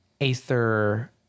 Aether